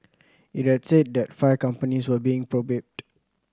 it had said that five companies were being probed